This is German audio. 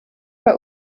bei